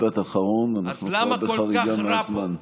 משפט אחרון, אנחנו כבר בחריגת זמן.